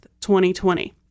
2020